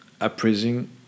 appraising